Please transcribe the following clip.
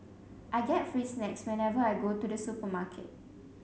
I get free snacks whenever I go to the supermarket